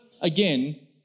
again